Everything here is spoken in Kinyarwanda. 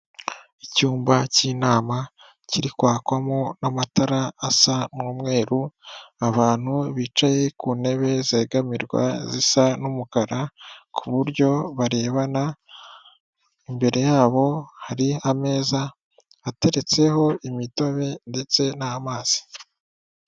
Icyumba k'inama kiri kwakwamo n'amatara asa n'umweruru, abantu bicaye ku ntebe zegamirwa zisa n'umukara ku buryo barebana, imbere yabo hari ameza ateretseho imitobe ndetse n'amazi.